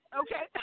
okay